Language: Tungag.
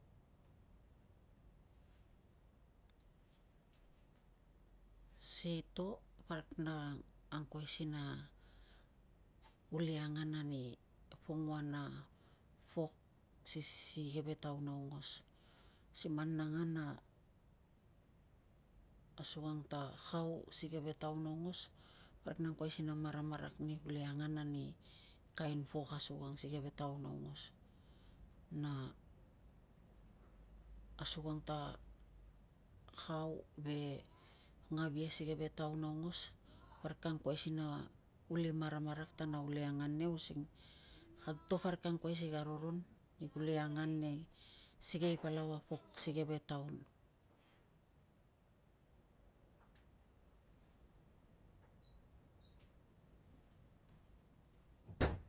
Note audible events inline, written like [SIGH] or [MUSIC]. Si to parik na anguai si uli angan ani pongua na pok si keve taun aungos. Si man na angan a asukang ta kau si keve taun aungos, parik na angkuai si na maramarak ni kuli angan ani kain pok asukang si keve taon aungos. Na asukang ta kau ve ngavia si keve taun aongos parik ka angkuai si na uli maramarak ta na uli angan nia using [NOISE] kag to parik ka angkuai si ka roron ni kuli angan ani sikei palau a pok si keve taun.